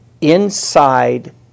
inside